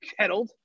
kettled